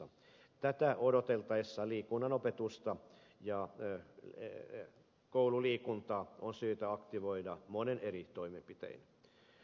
tätä odotellessa liikunnan opetusta ja koululiikuntaa on syytä aktivoida monin eri toimenpitein